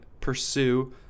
pursue